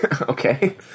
Okay